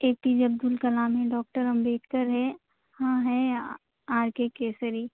اے پی جے عبد الکلام ہیں ڈاکٹرامبیدکر ہے ہاں ہیں آر کے کیسری